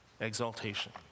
exaltation